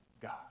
God